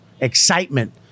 excitement